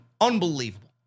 unbelievable